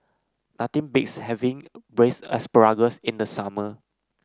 nothing beats having Braised Asparagus in the summer